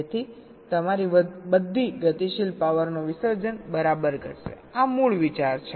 તેથી તમારી બધી ગતિશીલ પાવરનો વિસર્જન બરાબર ઘટશે આ મૂળ વિચાર છે